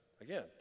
again